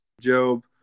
Job